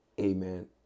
amen